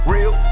Real